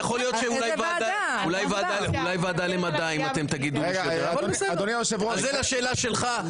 ויכול להיות שאולי ועדה למדע אם אתם תגידו --- אז זה לשאלה שלך.